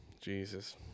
Jesus